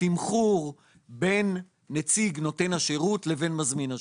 תמחור בין נציג נותן השירות לבין מזמין השירות.